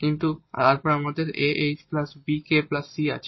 কিন্তু তারপর আমাদের 𝑎ℎ 𝑏𝑘 c আছে